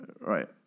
right